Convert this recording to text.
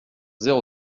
zéro